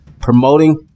promoting